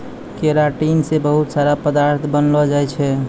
keratin से बहुत सारा पदार्थ बनलो जाय छै